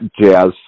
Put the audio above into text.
jazz